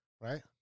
Right